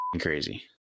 crazy